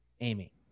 Amy